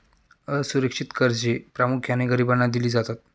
असुरक्षित कर्जे प्रामुख्याने गरिबांना दिली जातात